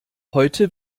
heute